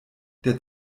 der